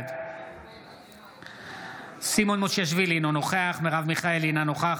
בעד סימון מושיאשוילי, אינו נוכח